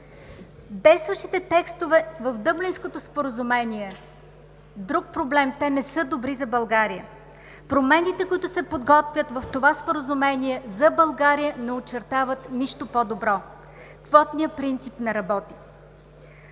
Действащите текстове в Дъблинското споразумение – друг проблем, не са добри за България. Промените, които се подготвят в това Споразумение за България не очертават нищо по добро – квотният принцип не работи.